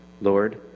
Lord